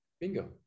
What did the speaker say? Bingo